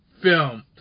film